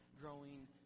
growing